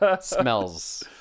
smells